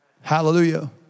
Hallelujah